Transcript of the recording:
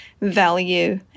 value